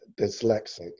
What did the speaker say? dyslexic